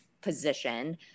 position